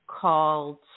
called